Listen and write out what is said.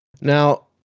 Now